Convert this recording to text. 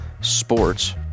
sports